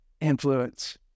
Influence